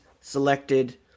selected